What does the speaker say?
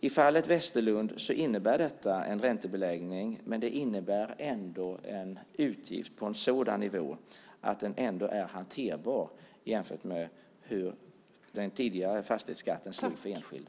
I fallet Westerlund innebär detta en räntebeläggning, men det innebär ändå en utgift på en sådan nivå att den är hanterbar jämfört med hur den tidigare fastighetsskatten slog för enskilda.